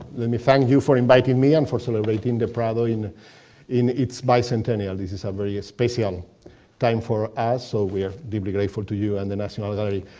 let me thank you for inviting me and for celebrating the prado in in its bicentennial. this is a ah very special time for us. so, we're deeply grateful to you and the national gallery.